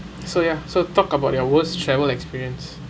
so ya so talk about your worst travel experience